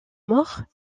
mort